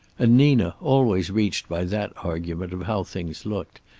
and nina, always reached by that argument of how things looked,